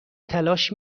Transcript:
تلاش